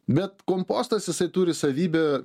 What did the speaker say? bet kompostas jisai turi savybę